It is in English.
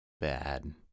bad